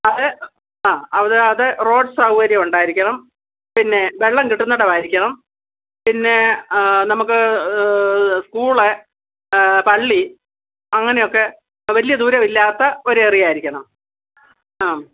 അത് ആ അത് അത് റോഡ് സൗകര്യം ഉണ്ടായിരിക്കണം പിന്നെ വെള്ളം കിട്ടുന്നിടം ആയിരിക്കണം പിന്നെ നമുക്ക് സ്കൂൾ പള്ളി അങ്ങനെയൊക്കെ വലിയ ദൂരമില്ലാത്ത ഒരു ഏരിയ ആയിരിക്കണം ആ